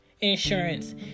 insurance